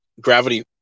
Gravity